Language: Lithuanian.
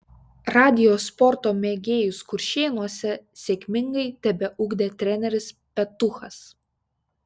radijo sporto mėgėjus kuršėnuose sėkmingai tebeugdė treneris petuchas